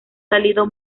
salido